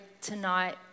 tonight